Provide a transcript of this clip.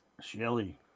Shelley